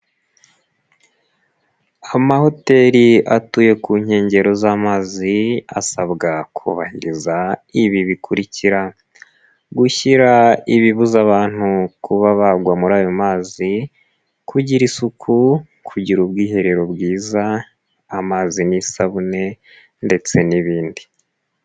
Amahoteli atuye ku nkengero z'amazi asabwa kubahiriza ibi bikurikira gushyira ibibuza abantu kuba bagwa muri ayo mazi, kugira isuku, kugira ubwiherero bwiza, amazi n'isabune ndetse n'ibindi.